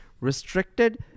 restricted